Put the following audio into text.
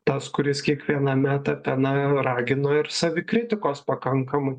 tas kuris kiekviename etape na ragino ir savikritikos pakankamai